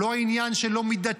זה לא עניין של לא מידתי,